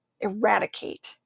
eradicate